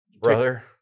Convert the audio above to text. Brother